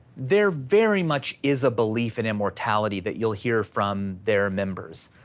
they're very much is a belief in immortality that you'll hear from their members,